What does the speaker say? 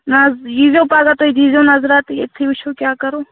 نہَ حظ ییٖزیٚو پگاہ تُہۍ دییٖزیٚو نظرا تہٕ ییٚتتھٕے وُچھو کیٛاہ کَرو